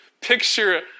picture